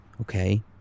okay